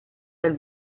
dal